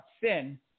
sin